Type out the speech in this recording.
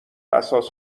اساس